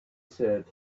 said